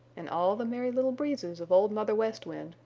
and all the merry little breezes of old mother west wind,